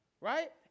Right